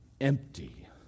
empty